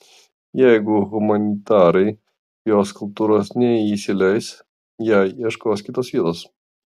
jeigu humanitarai jo skulptūros neįsileis jai ieškos kitos vietos